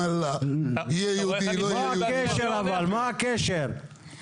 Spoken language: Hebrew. להתפלה של מים אלא גם לקידוחי מי שתיה.